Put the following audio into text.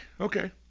Okay